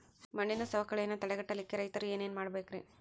ಮಣ್ಣಿನ ಸವಕಳಿಯನ್ನ ತಡೆಗಟ್ಟಲಿಕ್ಕೆ ರೈತರು ಏನೇನು ಮಾಡಬೇಕರಿ?